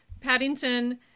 Paddington